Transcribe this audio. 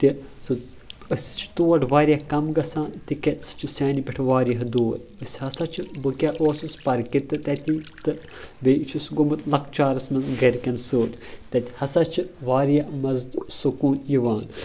تہِ سُہ أسۍ چھِ تور واریاہ کم گژھان تِکیٛازِ سُہ چھِ سانہِ پٮ۪ٹھ واریاہ دوٗر أسۍ ہسا چھِ بہٕ کیٛاہ اوسُس پرٕکہِ تہِ تتی تہٕ بیٚیہِ چھُس گوٚومُت لۄکچارس منٛز گرِکٮ۪ن سۭتۍ تتہِ ہسا چھِ واریاہ مزٕ تہٕ سکوٗن یِوان